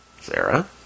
Sarah